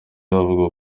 nabo